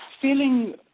feeling